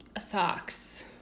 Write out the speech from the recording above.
socks